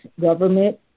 government